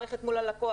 כמו המערכת מול הלקוח,